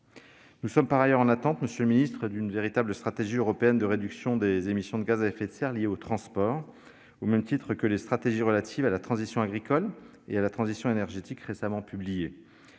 Nous sommes par ailleurs en attente, monsieur le secrétaire d'État, d'une véritable stratégie européenne de réduction des émissions de gaz à effet de serre liées aux transports. En effet, les stratégies relatives à la transition agricole et à la transition énergétique ont été récemment publiées.